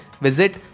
visit